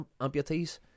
amputees